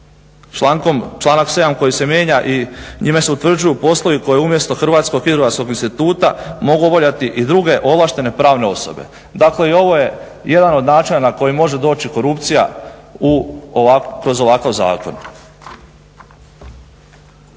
članak 7. koji se mijenja i njime se utvrđuju poslovi koji umjesto hrvatskog hidrografskog instituta mogu obavljati i druge ovlaštene pravne osobe. Dakle i ovo je jedan od načina na koji može doći korupcija kroz ovakav zakon.